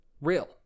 Real